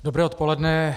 Dobré odpoledne.